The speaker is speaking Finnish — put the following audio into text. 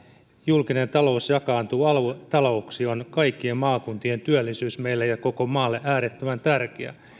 julkinen talous jakaantuu aluetalouksiin on kaikkien maakuntien työllisyys meille ja koko maalle äärettömän